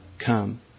Come